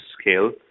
scale